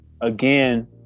again